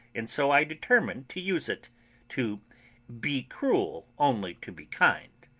and so i determined to use it to be cruel only to be kind.